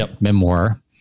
memoir